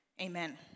Amen